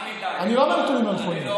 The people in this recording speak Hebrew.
אני לא אומר שהנתונים לא נכונים.